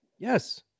Yes